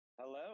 Hello